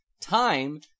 Time